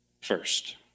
first